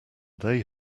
they